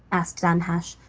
asked danhasch,